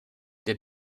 der